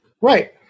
Right